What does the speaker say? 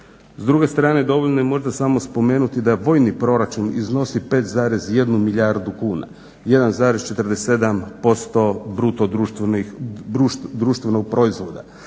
S druge strane, dovoljno je možda samo spomenuti da vojni proračun iznos 5,1 milijardu kuna, 1,47% bruto društvenog proizvoda.